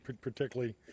particularly